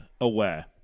aware